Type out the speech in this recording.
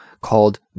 called